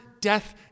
death